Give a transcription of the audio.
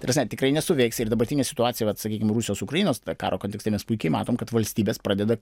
ta prasme tikrai nesuveiks ir dabartinė situacija vat sakykim rusijos ukrainos karo kontekste mes puikiai matom kad valstybės pradeda